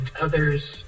others